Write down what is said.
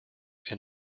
and